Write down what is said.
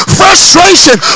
frustration